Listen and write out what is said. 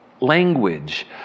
language